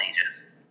ages